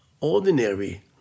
ordinary